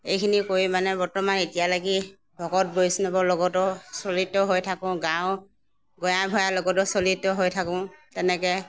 এইখিনি কৰি মানে বৰ্তমান এতিয়ালৈকে ভকত বৈষ্ণৱৰ লগতো চলিত হৈ থাকোঁ গাওঁ গঞা ভুঞা লগতো চলিত হৈ থাকোঁ তেনেকৈ